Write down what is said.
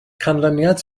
canlyniad